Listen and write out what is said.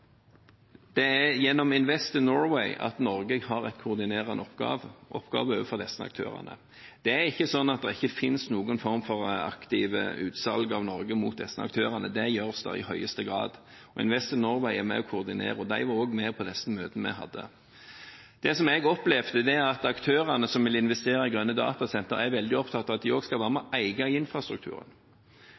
Det er gjennom Invest in Norway at Norge har en koordinerende oppgave overfor disse aktørene. Det er ikke sånn at det ikke finnes noen form for aktive utsalg av Norge mot disse aktørene, det gjøres det i høyeste grad, men Invest in Norway er med og koordinerer, og de var også med på disse møtene vi hadde. Det som jeg opplevde, er at aktørene som vil investere i grønne datasenter, er veldig opptatt av at de også skal være med og eie infrastrukturen.